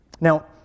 Now